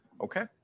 Okay